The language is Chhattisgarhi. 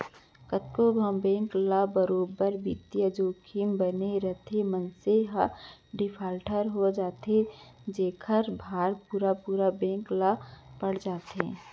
कतको घांव बेंक ल बरोबर बित्तीय जोखिम बने रइथे, मनसे ह डिफाल्टर हो जाथे जेखर भार पुरा पुरा बेंक ल पड़ जाथे